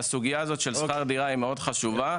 הסוגיה של שכר דירה היא מאוד חשובה,